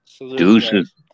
deuces